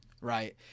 Right